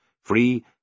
free